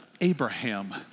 Abraham